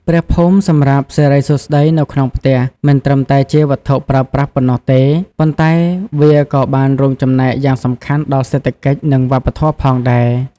ព្រះភូមិសម្រាប់សិរីសួស្តីនៅក្នុងផ្ទះ មិនត្រឹមតែជាវត្ថុប្រើប្រាស់ប៉ុណ្ណោះទេ ប៉ុន្តែវាក៏បានរួមចំណែកយ៉ាងសំខាន់ដល់សេដ្ឋកិច្ច និងវប្បធម៌ផងដែរ។